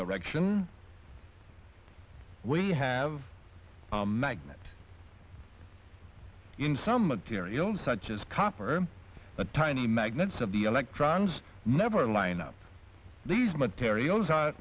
direction we have a magnet in some materials such as copper the tiny magnets of the electrons never line up these materials are